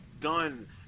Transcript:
done